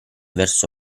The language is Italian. verso